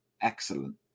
excellent